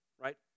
right